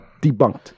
Debunked